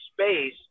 space